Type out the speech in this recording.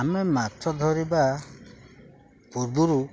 ଆମେ ମାଛ ଧରିବା ପୂର୍ବରୁ